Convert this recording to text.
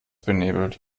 benebelt